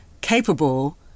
capable